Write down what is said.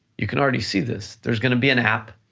you can already see this, there's gonna be an app